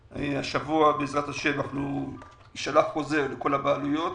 השבוע, בעזרת ה', יישלח חוזר לכל הבעלויות.